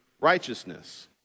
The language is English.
righteousness